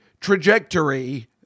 trajectory